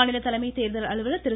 மாநில தலைமை தேர்தல் அலுவலர் திரு